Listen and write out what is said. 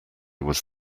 was